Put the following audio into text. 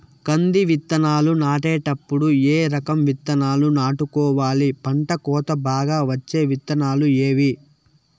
కంది విత్తనాలు నాటేటప్పుడు ఏ రకం విత్తనాలు నాటుకోవాలి, పంట కోత బాగా వచ్చే విత్తనాలు ఏవీ?